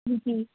جی